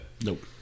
Nope